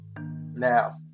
Now